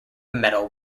medal